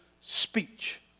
speech